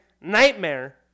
nightmare